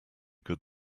good